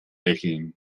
lächeln